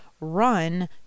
run